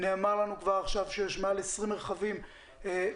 נאמר לנו שיש כבר עכשיו מעל ל-20 רכבים אוטונומיים